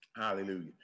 Hallelujah